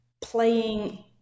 playing